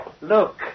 Look